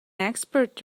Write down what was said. expert